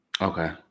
Okay